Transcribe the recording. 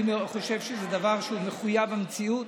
אני חושב שזה דבר שהוא מחויב המציאות